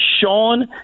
Sean